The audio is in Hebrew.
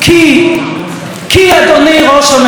אדוני ראש הממשלה,